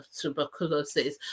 tuberculosis